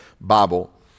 Bible